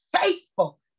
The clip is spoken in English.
faithful